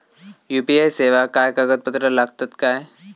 UPI सेवाक काय कागदपत्र लागतत काय?